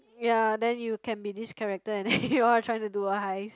ya then you can be this character and then you wanna try to do a heist